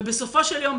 ובסופו של יום,